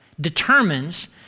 determines